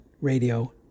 Radio